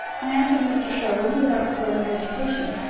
i answered mr. sherwin without further hesitation.